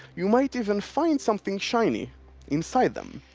you might even find something shiny inside them.